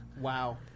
wow